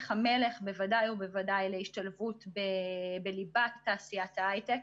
המלך בוודאי ובוודאי להשתלבות בליבת תעשיית ההיי-טק